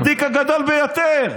הצדיק הגדול ביותר,